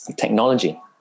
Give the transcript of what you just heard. Technology